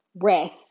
rest